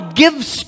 gives